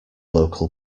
local